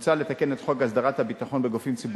על כך מוצע לתקן את חוק הסדרת הביטחון בגופים ציבוריים